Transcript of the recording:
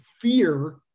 fear